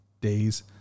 days